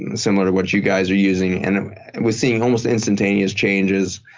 and similar to what you guys are using. and we're seeing almost instantaneous changes.